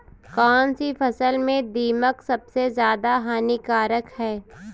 कौनसी फसल में दीमक सबसे ज्यादा हानिकारक है?